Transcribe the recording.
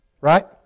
right